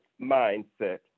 mindset